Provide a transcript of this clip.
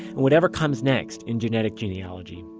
whatever comes next in genetic genealogy,